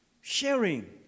Sharing